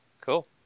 Cool